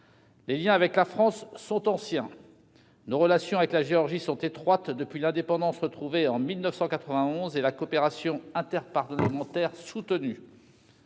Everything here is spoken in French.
Les liens avec la France sont anciens, nos relations avec la Géorgie sont étroites depuis l'indépendance retrouvée en 1991 et la coopération interparlementaire est soutenue.